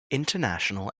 international